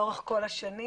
לאורך כל השנים,